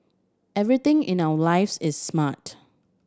everything in our lives is smart